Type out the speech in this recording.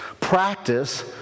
practice